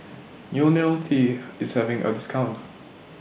Ionil T IS having A discount